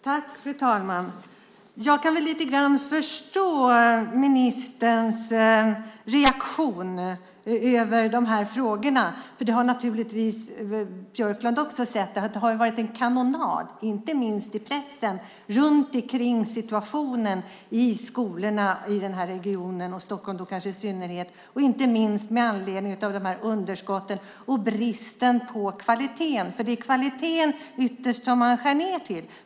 Fru talman! Jag kan lite grann förstå ministerns reaktion över de här frågorna, för Björklund har naturligtvis också sett att det har varit en kanonad, inte minst i pressen, rörande situationen i skolorna i den här regionen, kanske Stockholm i synnerhet, inte minst med anledning av de här underskotten och bristen på kvalitet, för det är ytterst kvaliteten man skär ned på.